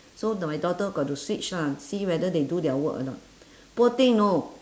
so the my daughter got to switch lah see whether they do their work or not poor thing know